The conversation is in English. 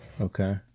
Okay